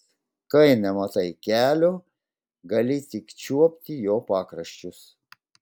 kai nematai kelio gali tik čiuopti jo pakraščius